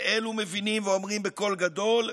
ואלה מבינים ואומרים בקול גדול: